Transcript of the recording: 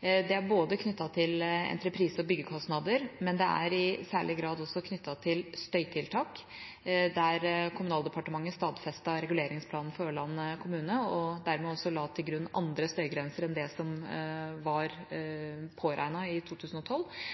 Det er knyttet til både entreprise og byggekostnader, og i særlig grad er det knyttet til støytiltak, der Kommunaldepartementet stadfestet reguleringsplanen for Ørland kommune og dermed også la til grunn andre støygrenser enn det som var påregnet i 2012.